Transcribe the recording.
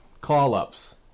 call-ups